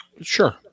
Sure